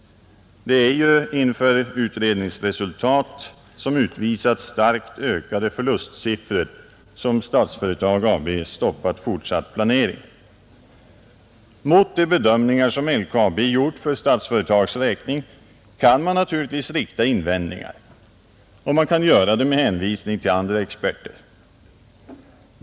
Det är ju inför utredningsresultat som utvisat starkt ökade förlustsiffror som Statsföretag AB stoppat fortsatt planering. Mot de bedömningar som LKAB gjort för Statsföretags räkning kan man naturligtvis rikta invändningar, Man kan göra det med hänvisning till andra experter.